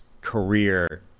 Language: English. career